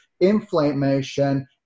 inflammation